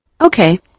okay